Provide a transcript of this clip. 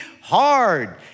hard